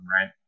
Right